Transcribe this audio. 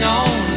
on